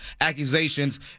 accusations